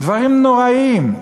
דברים נוראיים.